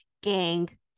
gang-